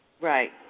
Right